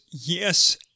yes